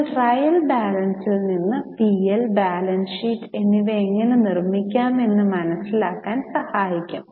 എന്നാൽ ട്രയൽ ബാലൻസിൽ നിന്ന് പി എൽ ബാലൻസ് ഷീറ്റ് എന്നിവ എങ്ങനെ നിർമ്മിക്കാം എന്ന് മനസിലാക്കാൻ സഹായിക്കും